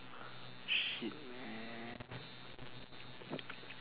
shit man